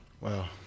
Wow